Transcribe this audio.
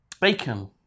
bacon